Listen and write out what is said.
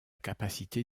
capacité